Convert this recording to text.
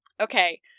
Okay